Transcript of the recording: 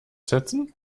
setzen